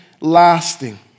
lasting